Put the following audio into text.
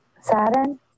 Saturn